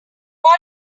mind